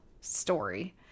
story